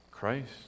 Christ